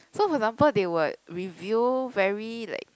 so for example they would review very like